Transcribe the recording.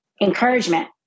encouragement